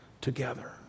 together